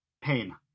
Pain